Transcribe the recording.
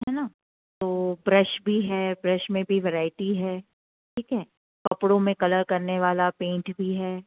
है ना तो ब्रश भी है ब्रश में भी वैरायटी है ठीक है कपड़ों में कलर करने वाला पेंट भी है